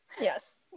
yes